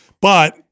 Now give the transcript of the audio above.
But-